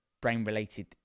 brain-related